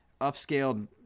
upscaled